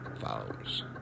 Followers